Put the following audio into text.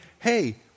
hey